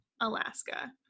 Alaska